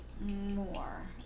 more